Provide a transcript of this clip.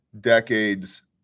decades